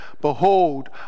Behold